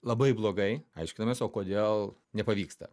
labai blogai aiškinamės o kodėl nepavyksta